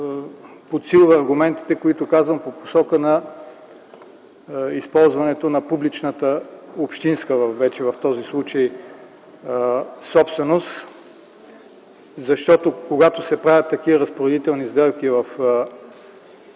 подсилва аргументите, които казвам по посока на използването на публичната общинска, вече - в този случай, собственост, защото когато се правят такива разпоредителни сделки по Закона